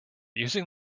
using